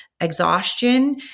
Exhaustion